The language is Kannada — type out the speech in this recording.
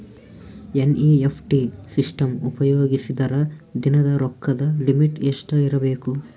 ಎನ್.ಇ.ಎಫ್.ಟಿ ಸಿಸ್ಟಮ್ ಉಪಯೋಗಿಸಿದರ ದಿನದ ರೊಕ್ಕದ ಲಿಮಿಟ್ ಎಷ್ಟ ಇರಬೇಕು?